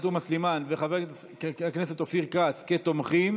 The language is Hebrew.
חברת הכנסת עאידה תומא סלימאן וחבר הכנסת אופיר כץ כתומכים,